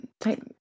take